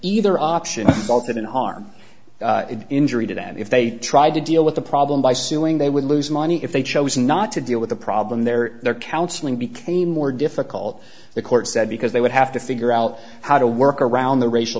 either option both an arm injury to them if they tried to deal with the problem by suing they would lose money if they chose not to deal with the problem there their counseling became more difficult the court said because they would have to figure out how to work around the racial